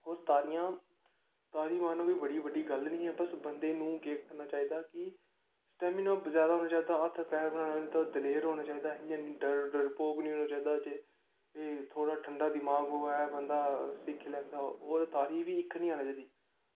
होर तारियां तारी मारना कोई बड़ी बड्डी गल्ल नी ऐ बस बंदे नू केह् करना चाहिदा कि स्टैमना जादा होना चाहिदा हत्थ पैर दलेर होना चाहिदा इ'यां नी डरपोक नी होना चाहिदा जे थोह्ड़ा ठंडा दिमाग होऐ बंदा सिक्खी लैंदा ओह् तारी बी इक बी नी आनी चाहिदी